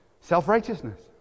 Self-righteousness